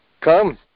Come